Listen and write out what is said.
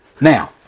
Now